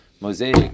mosaic